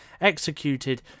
executed